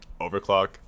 Overclock